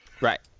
Right